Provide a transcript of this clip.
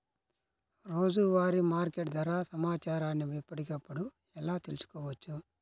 రోజువారీ మార్కెట్ ధర సమాచారాన్ని ఎప్పటికప్పుడు ఎలా తెలుసుకోవచ్చు?